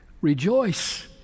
rejoice